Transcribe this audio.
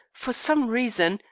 for some reason,